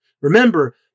Remember